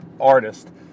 artist